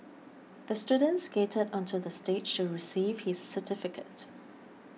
the student skated onto the stage to receive his certificate